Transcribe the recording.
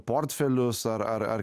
portfelius ar ar